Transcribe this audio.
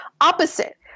opposite